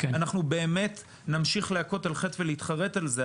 אנחנו באמת נמשיך להכות על חטא ולהתחרט על זה,